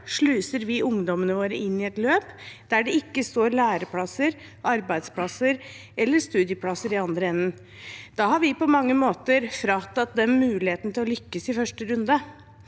sluser vi ungdommene våre inn i et løp der det ikke står læreplasser, arbeidsplasser eller studieplasser i den andre enden. Da har vi på mange måter fratatt dem muligheten til å lykkes i første runde.